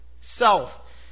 Self